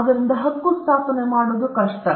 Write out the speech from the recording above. ಆದ್ದರಿಂದ ಹಕ್ಕು ಸ್ಥಾಪನೆ ಮಾಡುವುದು ಕಷ್ಟ